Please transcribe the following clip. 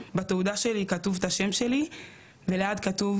ובתעודה שלי כתוב את השם שלי וליד כתוב